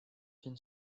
can